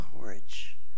courage